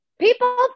People